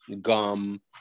gum